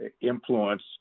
influence